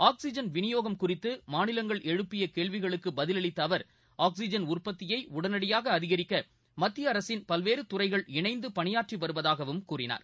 oxygen விநியோகம் குறித்து மாநிலங்கள் எழுப்பிய கேள்விகளுக்கு பதிலளித்த அவர் ஆக்ஸிஜன் உற்பத்தியை உடனடியாக அதிகரிக்க மத்திய அரசின் பல்வேறு துறைகள் இணைந்து பணியாற்றி வருவதாகவும் கூறினார்